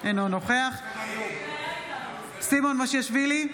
אינו נוכח סימון מושיאשוילי,